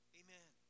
amen